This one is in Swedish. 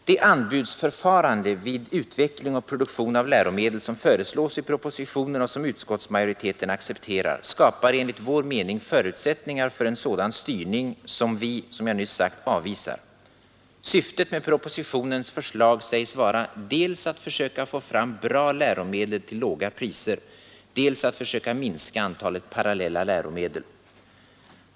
Det anbudsförfarande vid utveckling och produktion av läromedel som föreslås i propositionen och som utskottsmajoriteten accepterar skapar enligt vår mening förutsättningar för en sådan styrning som vi, som jag nyss sagt, avvisar. Syftet med propositionens förslag sägs vara dels att försöka få fram bra läromedel till låga priser, dels att försöka minska antalet parallella läromedel.